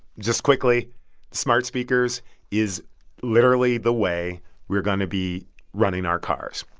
just quickly smart speakers is literally the way we're going to be running our cars.